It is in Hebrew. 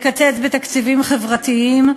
לקצץ בתקציבים חברתיים,